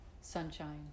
sunshine